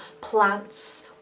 plants